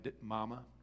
mama